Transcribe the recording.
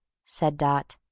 said dot.